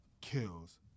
Kills